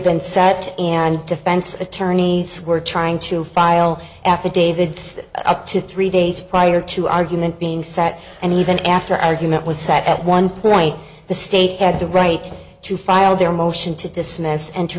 been set and defense attorneys were trying to file affidavits up to three days prior to argument being set and even after argument was set at one point the state had the right to file their motion to dismiss and to